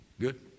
Good